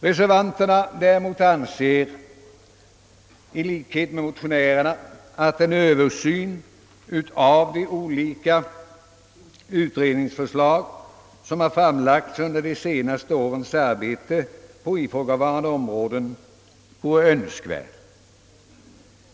Reservanterna däremot anser i likhet med motionärerna att en översyn av de olika utredningsförslag som har framlagts under de senaste årens arbete på ifrågavarande områden vore önskvärd.